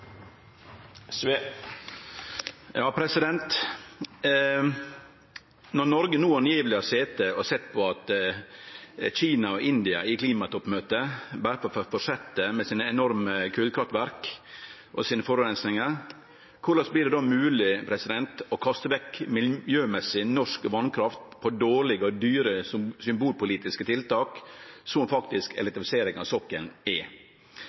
Når Noreg no etter seiande har sete og sett på at Kina og India på klimatoppmøtet berre får fortsetje med sine enorme kullkraftverk og sine forureiningar, korleis vert det då mogleg å kaste vekk miljøvenleg norsk vasskraft på dårlege og dyre symbolpolitiske tiltak, som elektrifisering av sokkelen faktisk er? Kan statsråden forklare miljøeffekten av